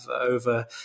over